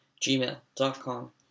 gmail.com